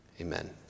Amen